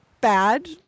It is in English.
bad